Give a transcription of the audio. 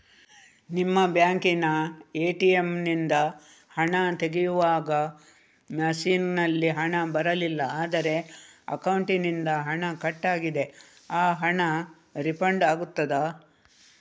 ನಿಮ್ಮ ಬ್ಯಾಂಕಿನ ಎ.ಟಿ.ಎಂ ನಿಂದ ಹಣ ತೆಗೆಯುವಾಗ ಮಷೀನ್ ನಲ್ಲಿ ಹಣ ಬರಲಿಲ್ಲ ಆದರೆ ಅಕೌಂಟಿನಿಂದ ಹಣ ಕಟ್ ಆಗಿದೆ ಆ ಹಣ ರೀಫಂಡ್ ಆಗುತ್ತದಾ?